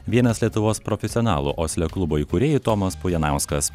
vienas lietuvos profesionalų osle klubo įkūrėjai tomas bujanauskas